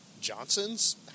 Johnson's